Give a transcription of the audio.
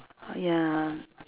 ya